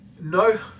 No